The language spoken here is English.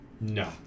No